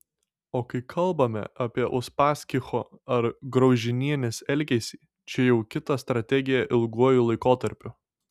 o kai kalbame apie uspaskicho ar graužinienės elgesį čia jau kita strategija ilguoju laikotarpiu